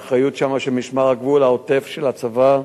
האחריות שם היא של משמר הגבול, העוטף, של הצבא.